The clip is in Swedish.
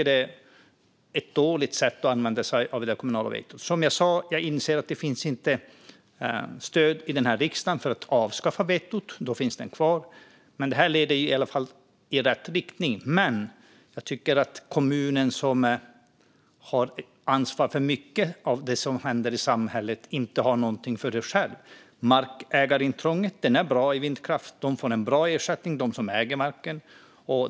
Det är ett dåligt sätt att använda sig av det kommunala vetot. Som jag sa inser jag att det inte finns stöd i riksdagen för att avskaffa vetot, och då finns det kvar. Men detta leder i varje fall i rätt riktning. Kommunen har ansvar för mycket av det som händer i samhället, men den får inte något för det själv. Ersättningen för markägarintrånget är bra för vindkraft. De som äger marken får en bra ersättning.